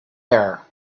air